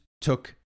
took